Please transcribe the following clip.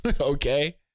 okay